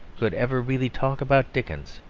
could ever really talk about dickens.